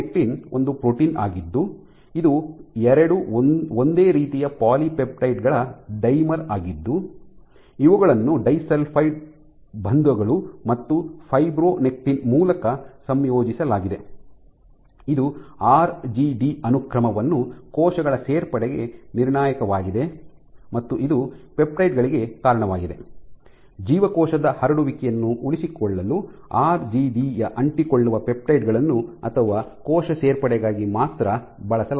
fibronectin ಒಂದು protein ಆಗಿದ್ದು ಇದು ಎರಡು ಒಂದೇ ರೀತಿಯ ಪಾಲಿಪೆಪ್ಟೈಡ್ ಗಳ ಡೈಮರ್ ಆಗಿದ್ದು ಇವುಗಳನ್ನು ಡೈಸಲ್ಫೈಡ್ ಬಂಧಗಳು ಮತ್ತು ಫೈಬ್ರೊನೆಕ್ಟಿನ್ ಮೂಲಕ ಸಂಯೋಜಿಸಲಾಗಿದೆ ಇದು ಆರ್ಜಿಡಿ ಅನುಕ್ರಮವನ್ನು ಕೋಶಗಳ ಸೇರ್ಪಡೆಗೆ ನಿರ್ಣಾಯಕವಾಗಿದೆ ಮತ್ತು ಇದು ಪೆಪ್ಟೈಡ್ ಗಳಿಗೆ ಕಾರಣವಾಗಿದೆ ಜೀವಕೋಶದ ಹರಡುವಿಕೆಯನ್ನು ಉಳಿಸಿಕೊಳ್ಳಲು ಆರ್ಜಿಡಿ ಯ ಅಂಟಿಕೊಳ್ಳುವ ಪೆಪ್ಟೈಡ್ ಗಳನ್ನು ಅಥವಾ ಕೋಶ ಸೇರ್ಪಡೆಗಾಗಿ ಮಾತ್ರ ಬಳಸಲಾಗುತ್ತದೆ